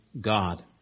God